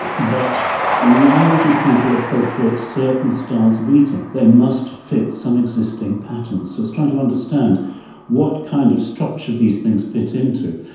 but why do people appropriate certain styles of eating? they must fit some existing pattern. so it's trying to understand what kind of structure these things fit into.